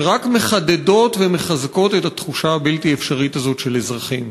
שרק מחדדות ומחזקות את התחושה הבלתי-אפשרית הזאת של אזרחים.